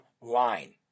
line